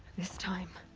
this time.